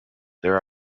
there